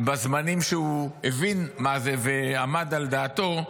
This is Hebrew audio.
בזמנים שהוא הבין מה זה ועמד על דעתו,